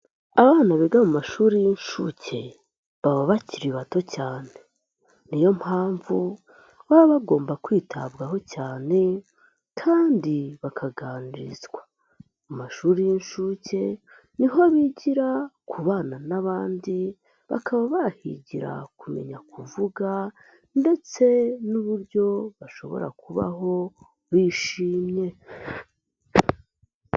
Abana biga mu mashuri y'inshuke baba bakiri bato cyane, ni yo mpamvu baba bagomba kwitabwaho cyane kandi bakaganirizwa, mu mashuri y'inshuke ni ho bigira kubana n'abandi, bakaba bahigira kumenya kuvuga ndetse n'uburyo bashobora kubaho bishimye.